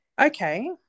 Okay